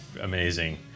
amazing